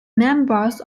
members